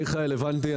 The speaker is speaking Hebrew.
מיכאל, הבנתי.